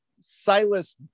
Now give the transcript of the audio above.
Silas